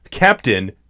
Captain